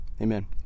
Amen